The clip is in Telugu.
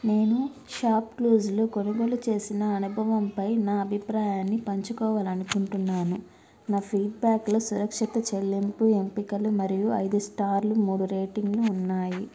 నేను షాప్క్లూజ్లో కొనుగోలు చేసిన అనుభవంపై నా అభిప్రాయాన్ని పంచుకోవాలని అనుకుంటున్నాను నా ఫీడ్బ్యాక్లో సురక్షిత చెల్లింపు ఎంపికలు మరియు ఐదు స్టార్లు మూడు రేటింగ్లు ఉన్నాయి